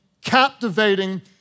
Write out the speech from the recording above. captivating